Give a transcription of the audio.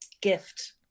gift